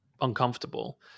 uncomfortable